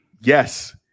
yes